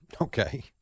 Okay